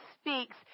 speaks